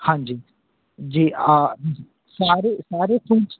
हाँ जी जी सारे सारे कुछ